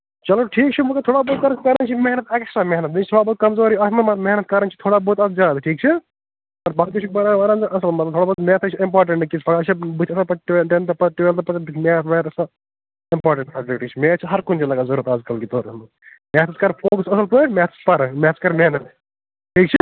چلو ٹھیٖک چھُ مگر فِلحال گٔے کَرٕنۍ سَرکٔشی محنت ایٚکسٹرٛا محنت بییٛہِ چھُ تھوڑا بہت کمزوٗری اتھ منٛز مگر محنت کَرٕنۍ چھِ تھوڑا بہت اتھ زیادٕ ٹھیٖک چھا باقٕے ژٕ چھُکھ پران وَران اصل مطلب تھوڑا بہت میتھٕے چھُ اِمپاٹنٛٹ أکِس پگاہ چھےٚ بُتھِ آسان پتہٕ ٹوٗویل ٹیٚنٛتھ پَتہٕ ٹُویٚلتھ پَتہٕ میتھ ویتھ آسان اِمپاٹنٹ سبجکٹے چھُ میتھ چھُ ہر کُنہِ لگان ضروٗرت اَزکل ڈِپاٹمیٚنٛٹن منٛز میتھس کَر فوکَس اصٕل پٲٹھۍ میتھس پران میتھس کر محنت ٹھیٖک چھا